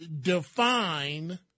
Define